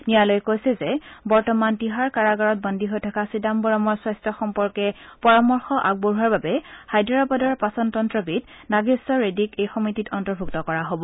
ন্যায়ালয়ে কৈছে যে বৰ্তমান তিহাৰ কাৰাগাৰত বন্দী হৈ থকা চিদাম্বৰমৰ স্বাস্থ্য সম্পৰ্কে পৰামৰ্শ আগবঢ়োৱাৰ বাবে হায়দৰাবাদৰ পাচনতন্ত্ৰবিদ নাগেশ্বৰ ৰেডীক এই সমিতিত অন্তৰ্ভূক্ত কৰা হ'ব